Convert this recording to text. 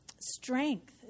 strength